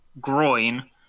groin